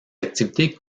activités